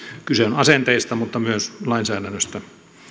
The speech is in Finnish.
kyse on asenteista mutta myös lainsäädännöstä